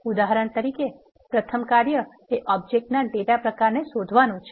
ઉદાહરણ તરીકે પ્રથમ કાર્ય એ ઓબજેક્ટ ના ડેટા પ્રકારને શોધવાનું છે